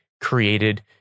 created